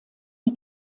die